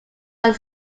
are